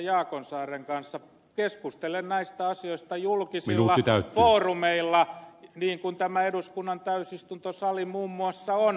jaakonsaaren kanssa keskustelen näistä asioista julkisilla foorumeilla niin kuin tämä eduskunnan täysistuntosali muun muassa on